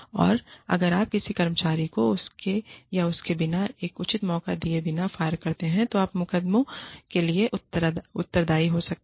और अगर आप किसी कर्मचारी को उसके या उसके बिना एक उचित मौका दिए बिना फायर करते हैं तो आप मुकदमों लॉसूट के लिए उत्तरदायी हो सकते हैं